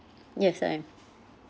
yes I am